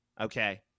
okay